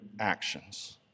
actions